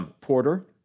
porter